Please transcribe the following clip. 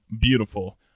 beautiful